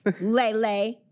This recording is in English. Lele